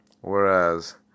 whereas